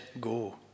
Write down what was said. go